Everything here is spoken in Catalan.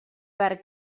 per